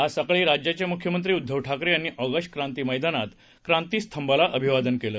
आज सकाळी राज्याचे मुख्यमंत्री उद्दव ठाकरे यांनी ऑगस क्रांती मैदानात क्रांती स्तंभाला अभिवादन केलं